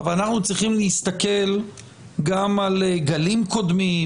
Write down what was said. אבל אנחנו צריכים להסתכל גם על גלים קודמים,